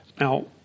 Now